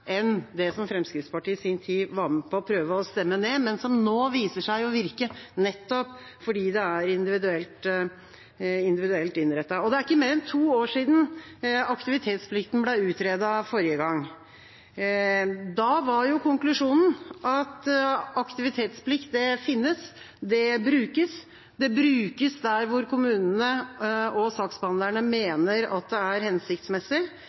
enn det som Fremskrittspartiet i sin tid var med på å prøve å stemme ned, men som nå viser seg å virke nettopp fordi det er individuelt innrettet. Det er ikke mer enn to år siden aktivitetsplikten ble utredet forrige gang. Da var konklusjonen at aktivitetsplikt finnes. Den brukes. Den brukes der hvor kommunene og saksbehandlerne mener at det er hensiktsmessig.